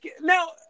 Now